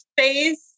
phase